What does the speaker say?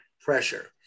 pressure